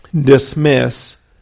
dismiss